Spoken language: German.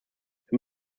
wir